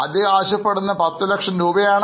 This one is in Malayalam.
അദ്ദേഹം ആവശ്യപ്പെടുന്നത് 10 ലക്ഷം രൂപയാണ്